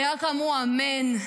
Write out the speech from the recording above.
ורק אמרו אמן.